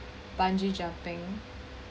bungee jumping